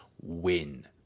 win